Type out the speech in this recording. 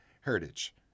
heritage